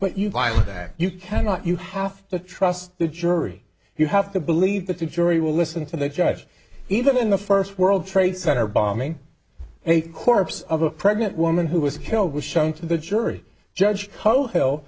that you cannot you have to trust the jury you have to believe that the jury will listen to the judge even in the first world trade center bombing a corpse of a pregnant woman who was killed was shown to the jury judge